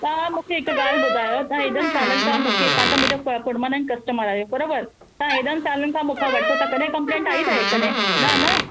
तां मुंखे हिकु ॻाल्हि ॿुधायो तां एॾनि सालनि खां मुखे तां त मुंजा पर्मनेंट कस्टमर आयो बरोबर तां एॾनि सालनि खां मुखा वठो था कॾैं कम्पलेंट आई तव कॾैं न न